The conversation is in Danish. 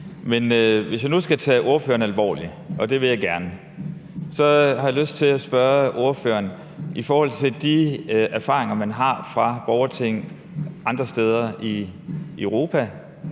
Men hvis jeg nu skal tage ordføreren alvorligt, og det vil jeg gerne, så har jeg lyst til at spørge ordføreren i forhold til de erfaringer, man har fra borgerting andre steder i Europa,